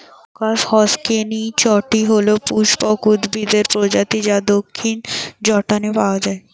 crocus হসকনেইচটি হল সপুষ্পক উদ্ভিদের প্রজাতি যা দক্ষিণ জর্ডানে পাওয়া য়ায়